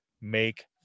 make